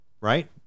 right